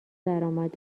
درآمد